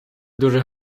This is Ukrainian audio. дуже